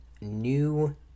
new